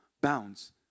bounds